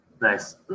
Nice